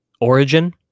origin